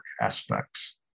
aspects